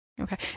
Okay